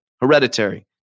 Hereditary